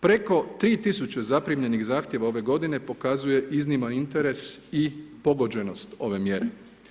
Preko 3 tisuće zaprimljenih zahtjeva ove godine pokazuje izniman interes i pogođenost ove mjere.